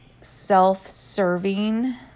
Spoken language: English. self-serving